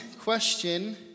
question